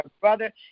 brother